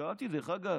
שאלתי, דרך אגב: